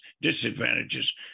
disadvantages